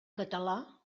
català